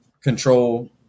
control